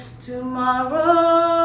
tomorrow